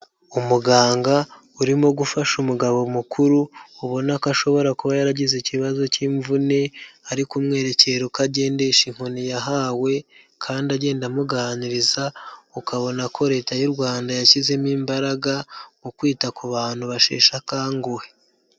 Umuganga urimo gufasha umugabo mukuru, ubona ko ashobora kuba yaragize ikibazo cy'imvune, ari kumwerekera uko agendesha inkoni yahawe kandi agenda amuganiriza, ukabona ko Leta y'u Rwanda yashyizemo imbaraga mu kwita ku bantu basheshe akanguhe.